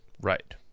Right